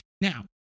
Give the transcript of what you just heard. now